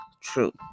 true